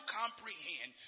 comprehend